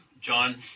John